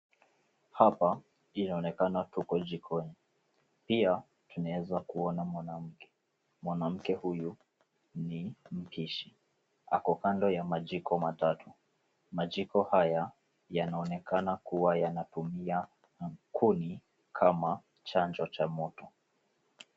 Hapa inaonekana tuko jikoni. Pia tunaweza kuona mwanamke. Mwanamke huyu ni mpishi ako kando ya majiko matatu. Majiko haya yanaonekana kuwa yanatumia kuni kama chanjo cha moto.